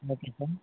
okay sir